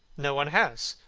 no one has.